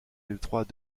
détroit